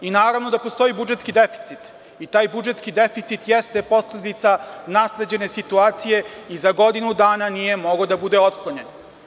Naravno da postoji budžetski deficit i taj budžetski deficit jeste posledica nasleđene situacije i za godinu dana nije mogao da bude otklonjen.